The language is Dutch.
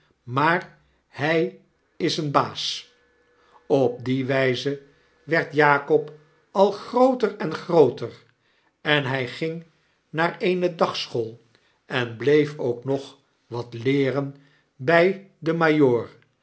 maar hy is een baas op die wyze werd jakob al grooter en grooter en hy ging naar eene dagschool en bleef ook nog wat leeren by den